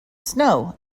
snow